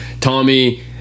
Tommy